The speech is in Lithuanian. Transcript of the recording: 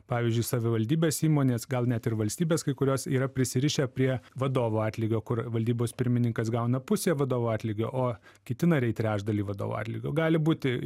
pavyzdžiui savivaldybės įmonės gal net ir valstybės kai kurios yra prisirišę prie vadovų atlygio kur valdybos pirmininkas gauna pusę vadovo atlygio o kiti nariai trečdalį vadovo atlygio gali būti